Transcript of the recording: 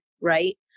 right